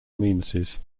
amenities